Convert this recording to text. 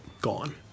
gone